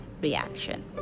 reaction